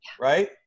right